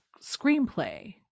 screenplay